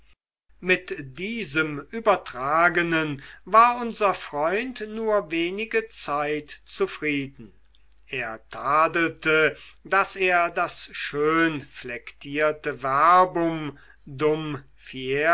mit diesem übertragenen war unser freund nur wenige zeit zufrieden er tadelte daß er das schöne flektierte verbum